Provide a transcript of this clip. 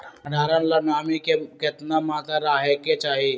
भंडारण ला नामी के केतना मात्रा राहेके चाही?